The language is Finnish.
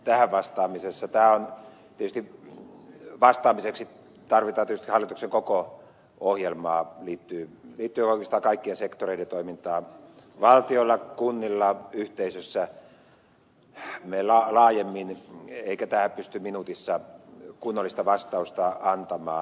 tähän vastaamiseksi tarvitaan tietysti hallituksen koko ohjelmaa liittyen oikeastaan kaikkien sektoreiden toimintaan valtiolla kunnilla yhteisössä meillä laajemmin eikä tähän pysty minuutissa kunnollista vastausta antamaan